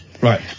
Right